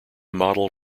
model